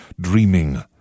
dreaming